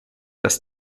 dass